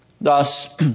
Thus